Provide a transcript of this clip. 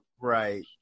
Right